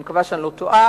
ואני מקווה שאני לא טועה,